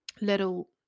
little